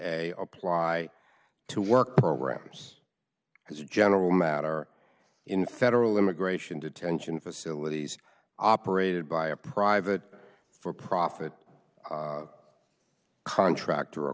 apply to work programs as a general matter in federal immigration detention facilities operated by a private for profit contractor or a